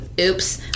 Oops